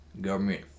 government